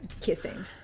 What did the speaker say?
Kissing